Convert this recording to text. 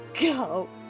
go